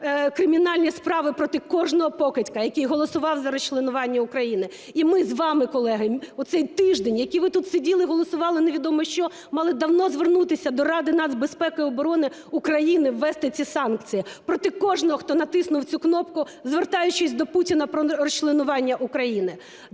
кримінальні справи проти кожного покидька, який голосував за розчленування України. І ми з вами, колеги, в цей тиждень, який ви тут сиділи і голосували невідомо що, мали давно звернутися до Ради нацбезпеки і оборони України ввести ці санкції проти кожного, хто натиснув цю кнопку, звертаючись до Путіна про розчленування України.